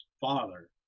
father